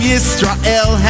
Yisrael